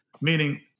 meaning